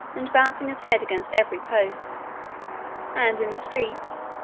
and bouncing his head against every post and in the streets,